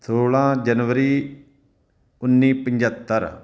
ਸੋਲਾਂ ਜਨਵਰੀ ਉੱਨੀ ਪੰਝੱਤਰ